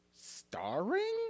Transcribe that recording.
starring